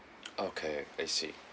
okay I see